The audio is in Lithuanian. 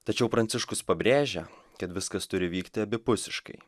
tačiau pranciškus pabrėžia kad viskas turi vykti abipusiškai